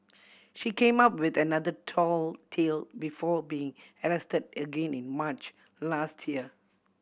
she came up with another tall tale before being arrested again in March last year